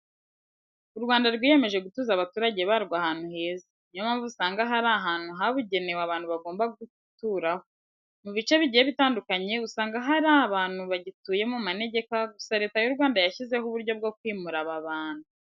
U Rwanda rwiyemeje gutuza abaturage barwo ahantu heza. Niyo mpamvu usanga haba hari ahantu habugenewe abantu bagomba guturaho . Mu bice bigiye bitandukanye usanga hari abantu bagituye mu manegeka gusa Leta y'u Rwanda yashyizeho uburyo bwo kwimura aba bantu.